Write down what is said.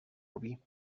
rubí